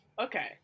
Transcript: Okay